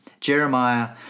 Jeremiah